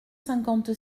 cinquante